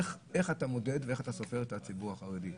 תראה איך משתמשים בחברה החרדים